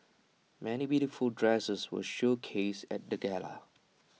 many beautiful dresses were showcased at the gala